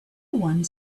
one